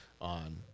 on